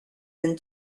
and